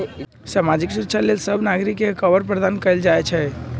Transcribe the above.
सामाजिक सुरक्षा लेल सभ नागरिक के कवर प्रदान कएल जाइ छइ